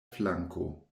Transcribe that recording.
flanko